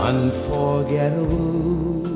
Unforgettable